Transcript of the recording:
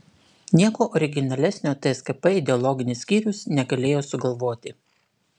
nieko originalesnio tskp ideologinis skyrius negalėjo sugalvoti